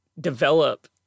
develop